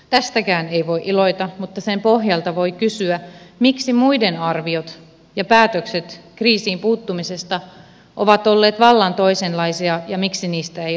tästäkään ei voi iloita mutta sen pohjalta voi kysyä miksi muiden arviot ja päätökset kriisiin puuttumisesta ovat olleet vallan toisenlaisia ja miksi niistä ei ole opittu